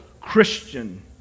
Christian